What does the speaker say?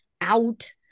out